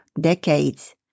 decades